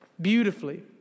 beautifully